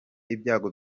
ibyago